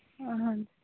ਅਹਾਂ